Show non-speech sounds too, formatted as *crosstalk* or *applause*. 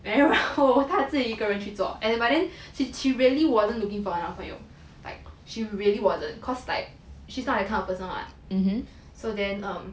then *laughs* 然后她自己一个人去做 and but then she really wasn't looking for a 男朋友 like she really wasn't cause like she's not that kind of person [what] so then um